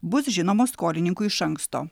bus žinomos skolininkui iš anksto